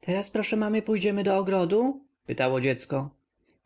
teraz proszę mamy pójdziemy do ogrodu pytało dziecko